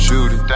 Judy